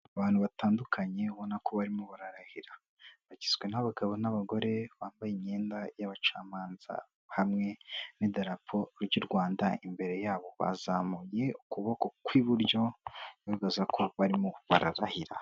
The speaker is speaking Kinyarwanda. Abantu batandukanye ubonako barimo bararahira. Bagizwe n'abagabo n'abagore bambaye imyenda y'abacamanza hamwe n'idarapo ry'u Rwanda imbere yabo, bazamuye ukuboko kw'iburyo bigaragaza ko barimo bararahira.